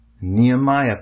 Nehemiah